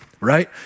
right